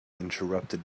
interrupted